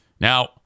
Now